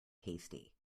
tasty